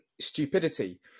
stupidity